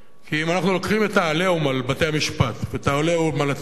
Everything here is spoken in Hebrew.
כי אם אנחנו לוקחים את ה"עליהום" על בתי-המשפט ואת ה"עליהום" על התקשורת